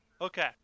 Okay